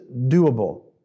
doable